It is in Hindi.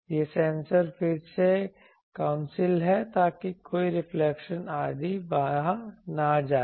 ये सेंसर फिर से काउंसिल हैं ताकि कोई रिफ्लेक्शन आदि वहां से न आए